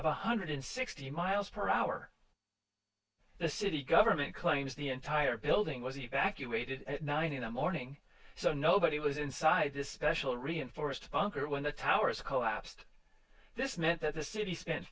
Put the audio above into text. one hundred sixty miles per hour the city government claims the entire building was evacuated nine in the morning so nobody was inside this special reinforced bunker when the towers collapsed this meant that the city spent